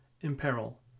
imperil